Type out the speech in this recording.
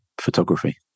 photography